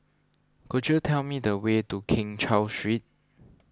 could you tell me the way to Keng Cheow Street